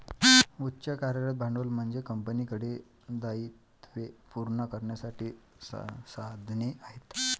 उच्च कार्यरत भांडवल म्हणजे कंपनीकडे दायित्वे पूर्ण करण्यासाठी संसाधने आहेत